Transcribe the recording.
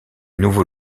nouveau